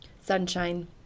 sunshine